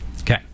Okay